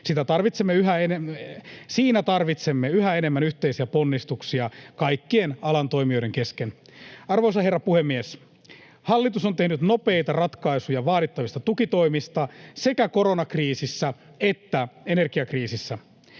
Siinä tarvitsemme yhä enemmän yhteisiä ponnistuksia kaikkien alan toimijoiden kesken. Arvoisa puhemies! Hallitus on tehnyt nopeita ratkaisuja vaadittavista tukitoimista sekä koronakriisissä että energiakriisissä.